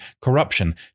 corruption